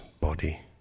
body